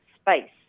space